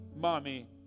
mommy